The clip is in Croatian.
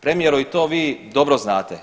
Premijeru i to vi dobro znate.